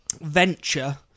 venture